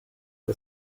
zur